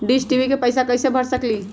Dish TV के पैईसा कईसे भर सकली?